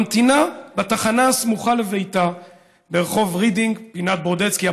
וממתינה בתחנה הסמוכה לביתה ברחוב רדינג פינת ברודצקי.